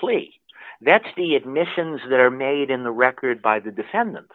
plea that's the admissions that are made in the record by the defendant